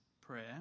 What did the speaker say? prayer